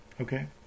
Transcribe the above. Okay